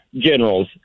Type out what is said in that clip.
generals